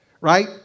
right